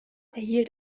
erhielt